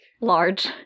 Large